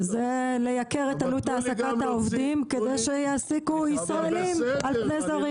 זה לייקר את עלות העסקת העובדים כדי שיעסיקו ישראלים על פני זרים.